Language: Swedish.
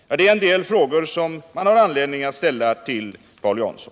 Ja, det är en del frågor man har anledning att ställa till Paul Jansson.